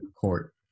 court